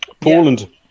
Poland